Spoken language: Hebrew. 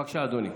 בבקשה, אדוני.